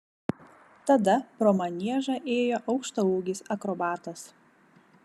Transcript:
tada pro maniežą ėjo aukštaūgis akrobatas